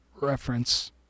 reference